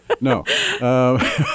No